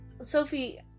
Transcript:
Sophie